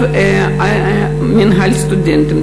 לגבי מינהל הסטודנטים,